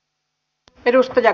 kiitos